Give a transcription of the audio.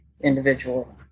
individual